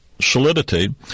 solidity